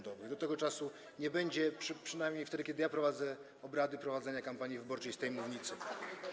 Do tego czasu nie będzie, przynajmniej wtedy, kiedy ja prowadzę obrady, prowadzenia kampanii wyborczej z tej mównicy.